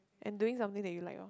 and doing something that you like orh